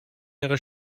ihre